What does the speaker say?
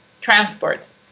transport